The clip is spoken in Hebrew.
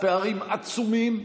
פערים עצומים,